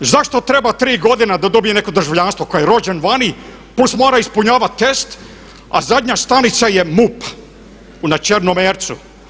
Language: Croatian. Zašto treba tri godine da dobije netko državljanstvo koji je rođen vani plus mora ispunjavati test a zadnja stanica je MUP na Črnomercu.